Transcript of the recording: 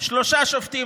שלושה שופטים,